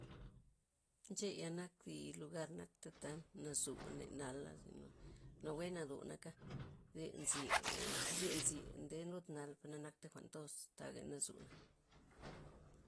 Ncheya' nak zi lugar nakta tan nazu ne nala' zino nawe nazunaka' zen tzy zen tzye nde lud nal per na nakta jwa'n thoz taga nazuna'.